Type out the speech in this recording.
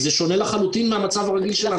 זה שונה לחלוטין מהמצב הרגיל שלנו.